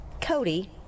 Cody